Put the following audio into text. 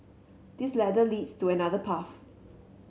this ladder leads to another path